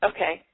Okay